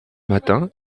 matin